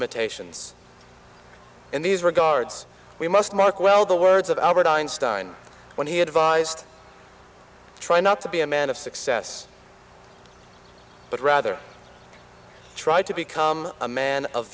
limitations in these regards we must mark well the words of albert einstein when he advised try not to be a man of success but rather try to become a man of